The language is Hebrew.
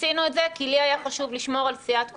עשינו את זה כי לי היה חשוב לשמור על סיעת כולנו,